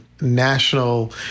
national